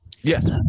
Yes